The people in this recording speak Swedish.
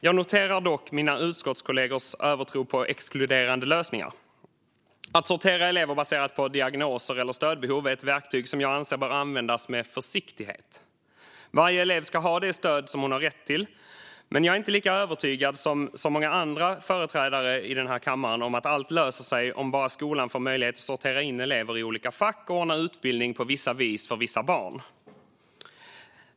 Jag noterar dock mina utskottskollegors övertro på exkluderande lösningar. Att sortera elever baserat på diagnoser eller stödbehov är ett verktyg som jag anser bör användas med försiktighet. Varje elev ska ha det stöd som hon har rätt till, men jag är inte lika övertygad som många andra företrädare i den här kammaren om att allt löser sig om bara skolan får möjlighet att sortera in elever i olika fack och ordna utbildning på vissa vis för vissa barn.